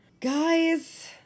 Guys